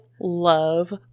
love